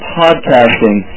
podcasting